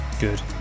Good